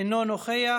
אינו נוכח.